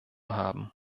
haben